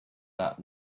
that